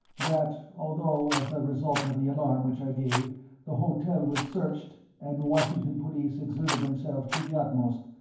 that although as the result of the alarm which i gave the hotel was searched and the washington police exerted themselves to the utmost,